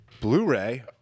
Blu-ray